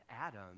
Adam